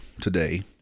today